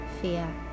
fear